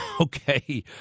Okay